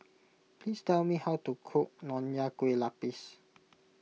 please tell me how to cook Nonya Kueh Lapis